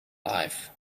life